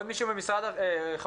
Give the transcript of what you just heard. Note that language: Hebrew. ד"ר